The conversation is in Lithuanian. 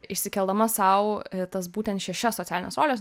išsikeldama sau tas būtent šešias socialines roles